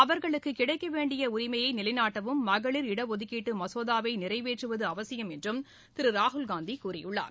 அவர்களுக்கு கிடைக்கவேண்டிய உரிமையை நிலைநாட்டவும் மகளிர் இடஒதுக்கீட்டு மசோதாவை நிறைவேற்றுவது அவசியம் என்று திரு ராகுல் காந்தி கூறியுள்ளார்